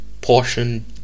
portion